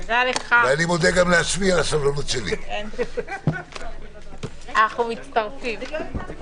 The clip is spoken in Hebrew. הישיבה ננעלה בשעה 12:30.